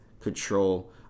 control